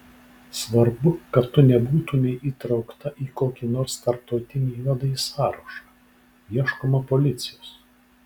svarbu kad tu nebūtumei įtraukta į kokį nors tarptautinį juodąjį sąrašą ieškoma policijos